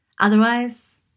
Otherwise